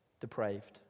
Depraved